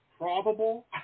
probable